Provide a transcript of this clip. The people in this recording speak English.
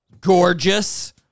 Gorgeous